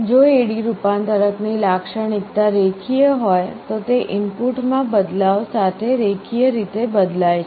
જો AD રૂપાંતરક ની લાક્ષણિકતા રેખીય હોય તો તે ઇનપુટમાં બદલાવ સાથે રેખીય રીતે બદલાય છે